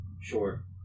sure